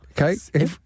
okay